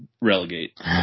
relegate